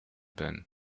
been